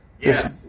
Yes